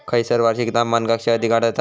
खैयसर वार्षिक तापमान कक्षा अधिक आढळता?